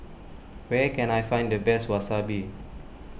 where can I find the best Wasabi